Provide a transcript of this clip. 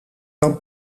dan